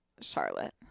Charlotte